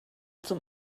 zum